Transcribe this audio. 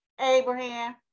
abraham